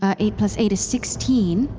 ah eight plus eight is sixteen,